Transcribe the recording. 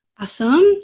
Awesome